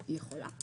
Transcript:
היא יכולה.